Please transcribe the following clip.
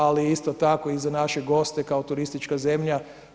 Ali isto tako i za naše goste kao turistička zemlja.